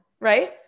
right